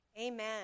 Amen